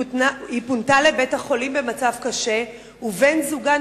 היא פונתה לבית-החולים במצב קשה ובן-זוגה